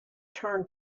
turned